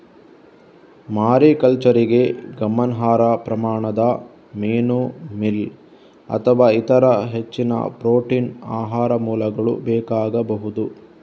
ಮಾರಿಕಲ್ಚರಿಗೆ ಗಮನಾರ್ಹ ಪ್ರಮಾಣದ ಮೀನು ಮೀಲ್ ಅಥವಾ ಇತರ ಹೆಚ್ಚಿನ ಪ್ರೋಟೀನ್ ಆಹಾರ ಮೂಲಗಳು ಬೇಕಾಗಬಹುದು